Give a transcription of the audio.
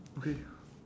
okay